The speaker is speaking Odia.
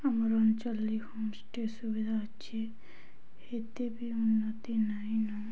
ଆମର ଅଞ୍ଚଳରେ ହୋମଷ୍ଟେ ସୁବିଧା ଅଛି ଏତେ ବି ଉନ୍ନତି ନାହିଁନ